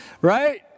right